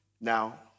now